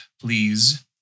please